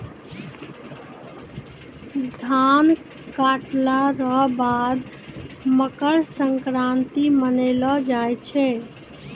धान काटला रो बाद मकरसंक्रान्ती मानैलो जाय छै